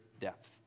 depth